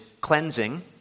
cleansing